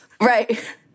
Right